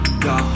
go